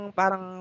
parang